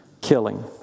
killing